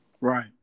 Right